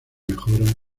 mejoras